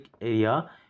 area